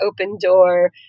open-door